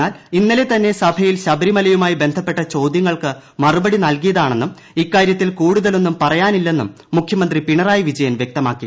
എന്നാൽ ഇന്നലെ തന്നെ സഭയിൽ ശബ്രിമലയുമായി ബന്ധപ്പെട്ട ചോദ്യങ്ങൾക്ക് മറുപടി ന്ടൽകിയതാണെന്നും ഇക്കാര്യത്തിൽ കൂടുതലൊന്നും പറയാന്നിള്ല്ലെന്നും മുഖ്യമന്ത്രി പിണറായി വിജയൻ വ്യക്തമാക്കി